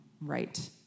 right